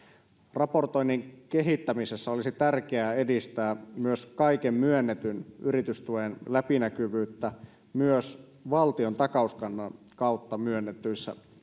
raportoinnin kehittämisessä olisi tärkeää edistää myös kaiken myönnetyn yritystuen läpinäkyvyyttä myös valtion takauskannan kautta myönnetyissä